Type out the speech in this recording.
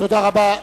תודה רבה.